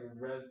red